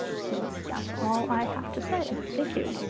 so that's all i have to say. thank you.